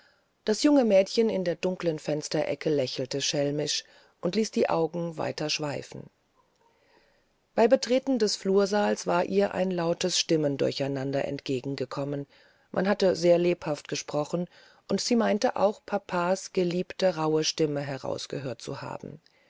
das junge mädchen in der dunklen fensterecke lächelte schelmisch und ließ die augen weiter schweifen bei betreten des flursaales war ihr ein lautes stimmendurcheinander entgegengekommen man hatte sehr lebhaft gesprochen und sie meinte auch großpapas geliebte rauhe stimme herausgehört zu haben